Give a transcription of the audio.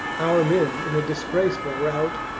our men, in a disgraceful rout,